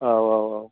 औ औ औ